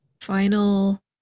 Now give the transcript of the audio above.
final